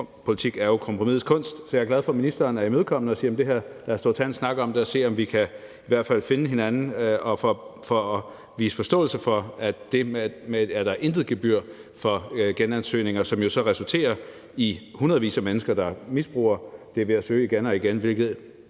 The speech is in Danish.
politik er jo kompromisets kunst, så jeg er glad for, at ministeren er imødekommende og siger, at vi kan tage en snak om det og se, om vi kan finde hinanden, og viser forståelse for det med, at der intet gebyr er for genansøgninger. Det resulterer jo så i, at der er i hundredvis af mennesker, der misbruger det ved at søge igen og igen,